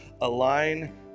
align